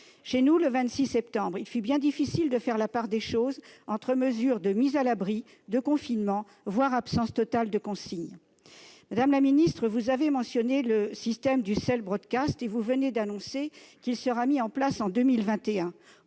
Chez nous, le 26 septembre, il fut bien difficile de faire la part des choses entre mesures de mise à l'abri, de confinement, voire absence totale de consignes. Madame la ministre, vous avez mentionné le système d'alerte du et vous avez annoncé qu'il serait mis en place en 2021.